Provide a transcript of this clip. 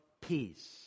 peace